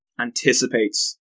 anticipates